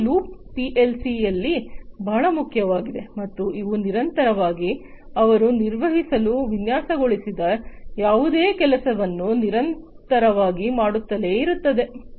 ಈ ಲೂಪ್ ಪಿಎಲ್ಸಿಯಲ್ಲಿ ಬಹಳ ಮುಖ್ಯವಾಗಿದೆ ಮತ್ತು ಅವು ನಿರಂತರವಾಗಿ ಅವರು ನಿರ್ವಹಿಸಲು ವಿನ್ಯಾಸಗೊಳಿಸಿದ ಯಾವುದೇ ಕೆಲಸವನ್ನು ನಿರಂತರವಾಗಿ ಮಾಡುತ್ತಲೇ ಇರುತ್ತಾರೆ